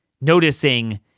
Noticing